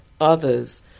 others